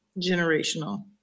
generational